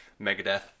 Megadeth